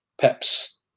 Pep's